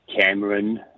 Cameron